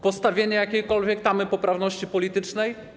Postawienie jakiejkolwiek tamy poprawności politycznej?